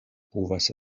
povas